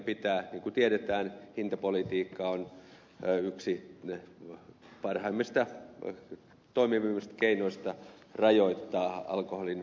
niin kuin tiedetään hintapolitiikka on yksi parhaimmista toimivimmista keinoista rajoittaa alkoholin kulutusta